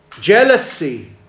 Jealousy